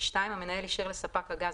(2)המנהל אישר לספק הגז,